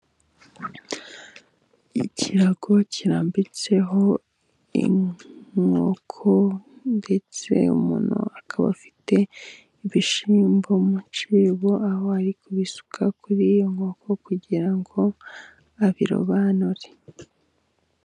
Ikirago kirambitseho inkoko ndetse umuntu akaba afite ibishyimbo mu cyibo, aho ari kubisuka kuri iyo nkoko kugira ngo abirobanure.